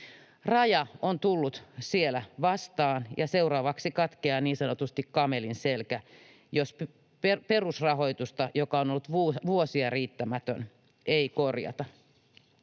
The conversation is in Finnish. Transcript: Raja on tullut siellä vastaan, ja seuraavaksi katkeaa niin sanotusti kamelin selkä, jos perusrahoitusta, joka on ollut vuosia riittämätön, ei korjata.